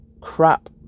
crap